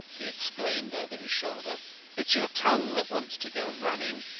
he exclaimed over his shoulder it's your tongue that wants to go running!